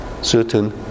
certain